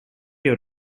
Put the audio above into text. your